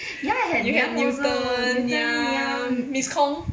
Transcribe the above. you had newton miss kong